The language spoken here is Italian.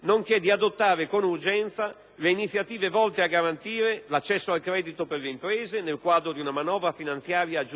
nonché di adottare con urgenza le iniziative volte a garantire l'accesso al credito per le imprese, nel quadro di una manovra finanziaria aggiuntiva